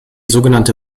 sogenannte